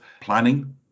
planning